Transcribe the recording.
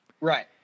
Right